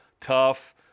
tough